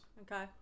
Okay